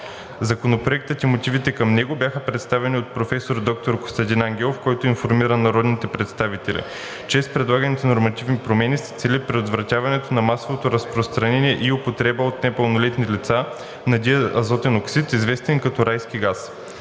Законопроектът и мотивите към него бяха представени от професор доктор Костадин Ангелов, който информира народните представители, че с предлаганите нормативни промени се цели предотвратяването на масовото разпространение и употреба от непълнолетни лица на диазотен оксид, известен като „райски газ“,